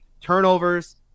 turnovers